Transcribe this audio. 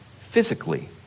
physically